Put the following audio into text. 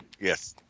Yes